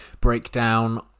breakdown